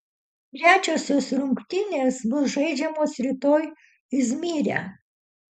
trečiosios rungtynės bus žaidžiamos rytoj izmyre